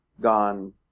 gone